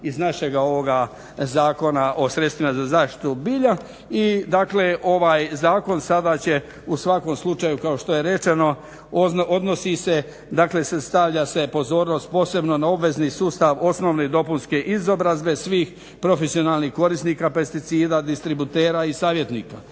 iz našeg ovog Zakona o sredstvima za zaštitu bilja i dakle ovaj zakon sada će u svakom slučaju kao što je rečeno stavlja se pozornost posebno na obvezni sustav osnovne i dopunske izobrazbe svih profesionalnih korisnika pesticida, distributera i savjetnika.